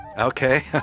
Okay